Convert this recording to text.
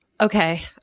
Okay